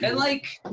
and like,